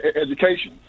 Education